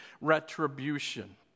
retribution